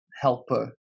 helper